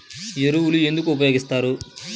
ఎరువులను ఎందుకు ఉపయోగిస్తారు?